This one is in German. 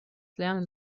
lernen